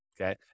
okay